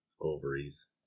Ovaries